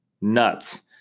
nuts